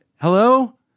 Hello